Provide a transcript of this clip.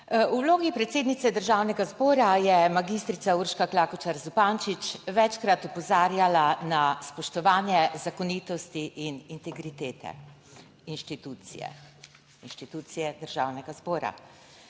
V vlogi predsednice Državnega zbora je magistrica Urška Klakočar Zupančič večkrat opozarjala na spoštovanje zakonitosti in integritete inštitucije, inštitucije Državnega zbora.